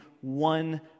one